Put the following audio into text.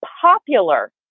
popular